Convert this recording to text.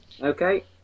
Okay